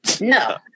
No